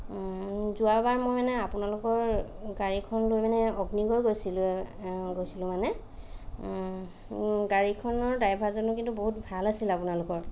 যোৱাবাৰ মই মানে আপোনালোকৰ গাড়ীখন লৈ মানে অগ্নিগড় গৈছিলোঁ গৈছিলোঁ মানে গাড়ীখনৰ ড্ৰাইভাৰজনো কিন্তু বহুত ভাল আছিল আপোনালোকৰ